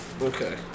Okay